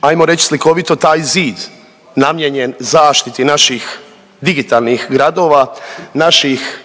ajmo reć slikovito taj zid namijenjen naših digitalnih gradova, naših